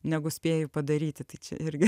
negu spėju padaryti tai čia irgi